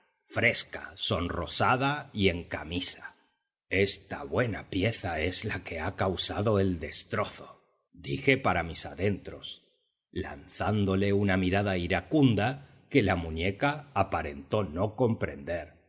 fresca sonrosada y en camisa esta buena pieza es la que ha causado el destrozo dije para mis adentros lanzándole una mirada iracunda que la muñeca aparentó no comprender